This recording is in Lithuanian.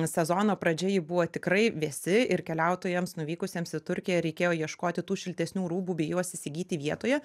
sezono pradžia ji buvo tikrai vėsi ir keliautojams nuvykusiems į turkiją reikėjo ieškoti tų šiltesnių rūbų bei juos įsigyti vietoje